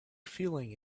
feeling